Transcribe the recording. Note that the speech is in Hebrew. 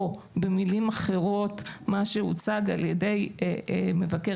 או במילים אחרות מה שהוצג על ידי מבקר